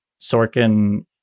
sorkin